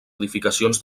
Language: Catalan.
edificacions